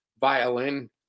violin